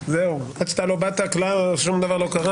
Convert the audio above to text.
זה לא נושא שאינו מוכר